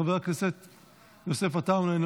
חבר הכנסת יוסף עטאונה,